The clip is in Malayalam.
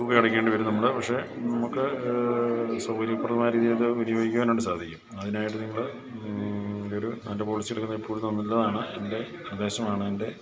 തുക അടക്കേണ്ടിവരും നമ്മൾ പക്ഷെ നമുക്ക് സൗകര്യപ്രദമായ രീതിയിലത് വിനിയോഗിക്കാനായിട്ട് സാധിക്കും അതിനായിട്ട് നിങ്ങൾ ഒരു നല്ല പോളിസി എടുക്കുന്നതെപ്പോഴും നല്ലതാണ് എൻ്റെ നിർദ്ദേശമാണെൻ്റെ